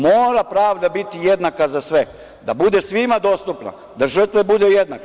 Mora pravda biti jednaka za sve, da bude svima dostupna, da žrtva bude jednaka.